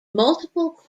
multiple